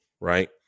right